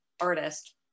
artist